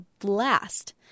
blast